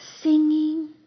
singing